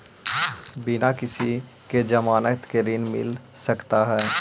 बिना किसी के ज़मानत के ऋण मिल सकता है?